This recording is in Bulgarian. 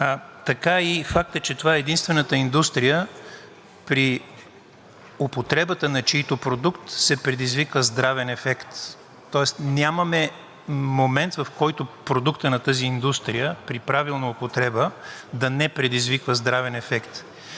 така и фактът, че това е единствената индустрия при употребата на чийто продукт се предизвиква здравен ефект. Тоест нямаме момент, в който продуктът на тази индустрия при правилна употреба да не предизвиква здравен ефект.